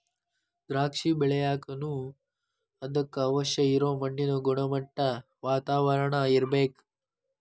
ದ್ರಾಕ್ಷಿ ಬೆಳಿಯಾಕನು ಅದಕ್ಕ ಅವಶ್ಯ ಇರು ಮಣ್ಣಿನ ಗುಣಮಟ್ಟಾ, ವಾತಾವರಣಾ ಇರ್ಬೇಕ